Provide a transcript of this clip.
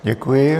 Děkuji.